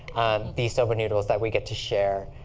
these soba noodles that we get to share